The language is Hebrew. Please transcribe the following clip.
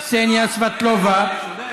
אתה צודק.